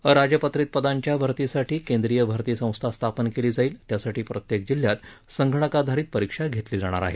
अराजपत्रित पदांच्या भरतीसाठी केंद्रीय भरती संस्था स्थापन केली जाईल त्यासाठी प्रत्येक जिल्ह्यात संगणकाधारित परीक्षा घेतली जाणार आहे